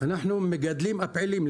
אנחנו המגדלים הפעילים,